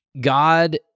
God